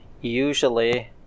usually